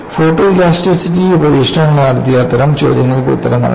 ഫോട്ടോഇലാസ്റ്റിസിറ്റിയിൽ പരീക്ഷണങ്ങൾ നടത്തി അത്തരം ചോദ്യങ്ങൾക്ക് ഉത്തരം നൽകാം